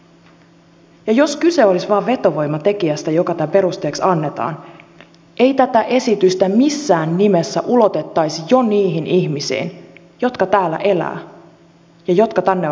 ja jos kyse olisi vain vetovoimatekijästä joka tämän perusteeksi annetaan ei tätä esitystä missään nimessä ulotettaisi jo niihin ihmisiin jotka täällä elävät ja jotka tänne ovat rakentaneet kotinsa